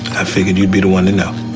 i figured you'd be the one to